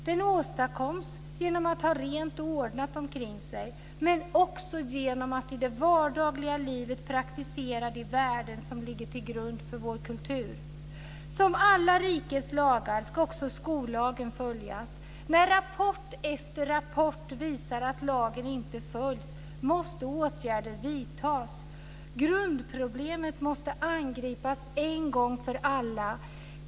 Den åstadkoms genom att ha rent och ordnat omkring sig, men också genom att i det vardagliga livet praktisera de värden som ligger till grund för vår kultur. Som alla rikets lagar ska också skollagen följas. När rapport efter rapport visar att lagen inte följs måste åtgärder vidtas. Grundproblemet måste angripas en gång för alla.